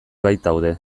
baitaude